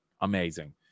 amazing